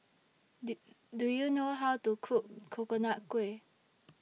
Do YOU know How to Cook Coconut Kuih